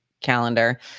calendar